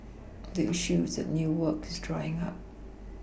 the issue is that new work is drying up